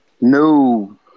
No